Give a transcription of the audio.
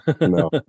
No